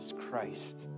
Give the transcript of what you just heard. Christ